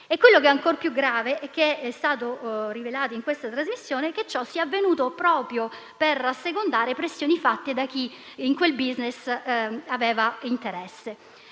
E l'aspetto ancor più grave rivelato in quella trasmissione è che ciò sia avvenuto proprio per assecondare pressioni fatte da chi in quel *business* aveva interesse.